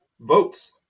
votes